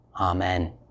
Amen